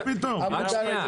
מה פתאום.